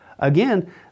Again